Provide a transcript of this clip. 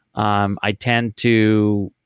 um i tend to.